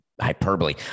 hyperbole